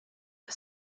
for